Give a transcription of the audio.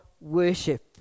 worship